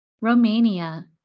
Romania